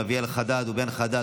אביאל חדד ובן חדד,